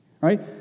Right